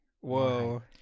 Whoa